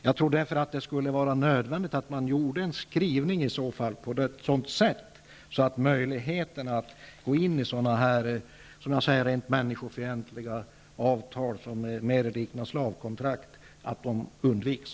Jag tror därför att det skulle vara nödvändigt att göra en skrivning där möjligheterna att upprätta rent människofientliga avtal som mer liknar slavkontrakt undanröjs.